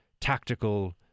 tactical